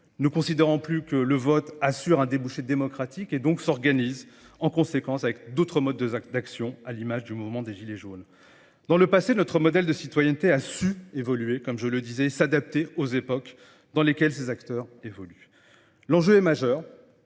ne considérant plus que le vote assure un débouché démocratique et donc s'organise en conséquence avec d'autres modes d'action à l'image du mouvement des Gilets jaunes. Dans le passé, notre modèle de citoyenneté a su évoluer, comme je le disais, s'adapter aux époques dans lesquelles ces acteurs évoluent. L'enjeu est majeur,